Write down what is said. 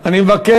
אני מבקש,